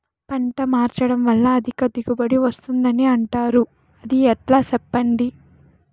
పంట మార్చడం వల్ల అధిక దిగుబడి వస్తుందని అంటారు అది ఎట్లా సెప్పండి